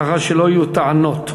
ככה שלא יהיו טענות.